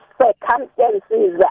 circumstances